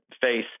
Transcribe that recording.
face